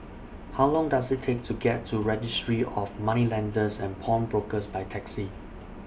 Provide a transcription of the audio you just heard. How Long Does IT Take to get to Registry of Moneylenders and Pawnbrokers By Taxi